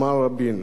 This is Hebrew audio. ואני מצטט: